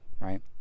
right